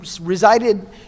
resided